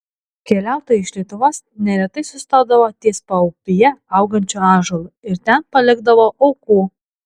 keliautojai iš lietuvos neretai sustodavo ties paupyje augančiu ąžuolu ir ten palikdavo aukų